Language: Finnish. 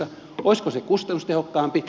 olisiko se kustannustehokkaampi